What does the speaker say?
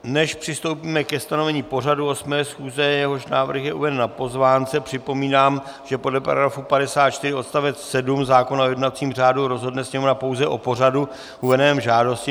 Než přistoupíme ke stanovení pořadu osmé schůze, jehož návrh je uveden na pozvánce, připomínám, že podle § 54 odst. 7 zákona o jednacím řádu rozhodne Sněmovna pouze o pořadu uvedeném v žádosti.